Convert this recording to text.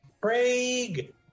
Craig